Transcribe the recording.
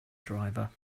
driver